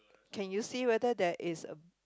can you see whether there is a